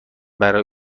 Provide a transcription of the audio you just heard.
برای